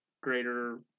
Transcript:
greater